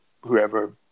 whoever